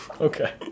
Okay